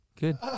Good